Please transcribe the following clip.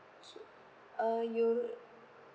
uh you